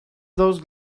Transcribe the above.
those